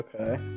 Okay